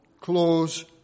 close